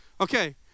Okay